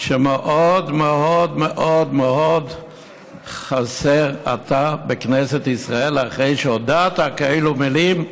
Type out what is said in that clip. שמאוד מאוד מאוד מאוד חסר אתה בכנסת ישראל אחרי שהודעת כאלה מילים,